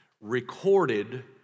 recorded